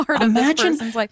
Imagine